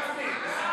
גפני.